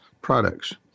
products